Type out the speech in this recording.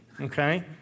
Okay